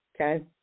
Okay